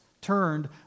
turned